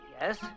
yes